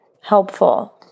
helpful